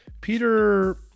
Peter